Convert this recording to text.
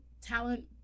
talent